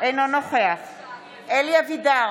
אינו נוכח משה אבוטבול, בעד אלי אבידר,